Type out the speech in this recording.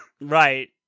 Right